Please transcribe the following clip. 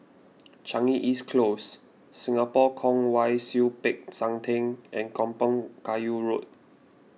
Changi East Close Singapore Kwong Wai Siew Peck San theng and Kampong Kayu Road